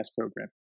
program